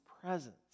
presence